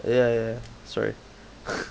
ya ya sorry